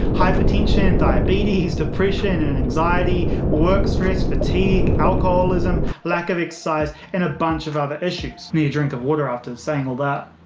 hypertension, diabetes, depression and anxiety, work stress, fatigue, alcoholism, lack of exercise and a bunch of other issues. need a drink of water after saying all that.